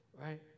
right